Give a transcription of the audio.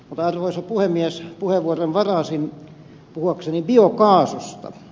mutta arvoisa puhemies puheenvuoron varasin puhuakseni biokaasusta